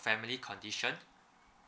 family condition